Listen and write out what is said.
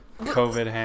COVID